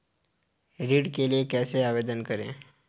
ऋण के लिए कैसे आवेदन करें?